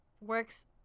works